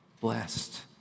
blessed